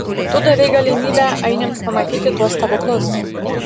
tu davei galimybę ainiams pamatyti tuos stebuklus